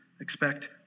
expect